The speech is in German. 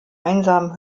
einsamen